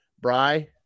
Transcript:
Bry